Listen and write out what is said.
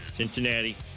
Cincinnati